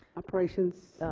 operations?